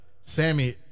Sammy